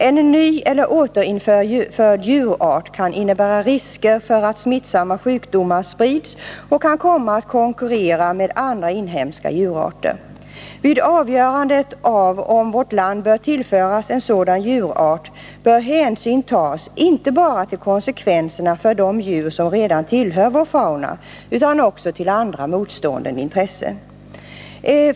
En ny eller återinförd djurart kan innebära risker för att smittsamma djursjukdomar sprids och att vildsvinen kan komma att konkurrera med andra inhemska djurarter. Vid avgörandet av om vårt land bör tillföras en sådan djurart bör hänsyn tas inte bara till konsekvenserna för de djur som redan tillhör vår fauna utan också till andra motstående intressen.